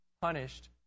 punished